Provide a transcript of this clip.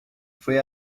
foi